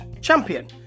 champion